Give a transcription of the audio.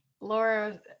laura